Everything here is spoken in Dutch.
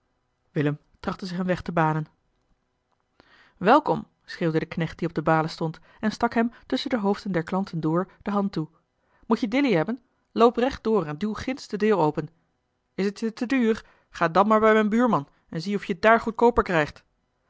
willem trachtte zich een weg te banen welkom schreeuwde de knecht die op de balen stond en stak hem tusschen de hoofden der klanten door de hand toe moet je dilly hebben loop recht door en duw ginds de deur open is t je te duur ga dan maar bij mijn buurman en zie of je t daar goedkooper krijgt